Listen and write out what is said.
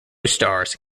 stars